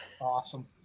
Awesome